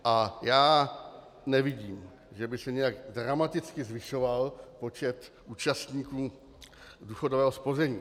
A já nevidím, že by se nějak dramaticky zvyšoval počet účastníků důchodového spoření.